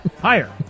Higher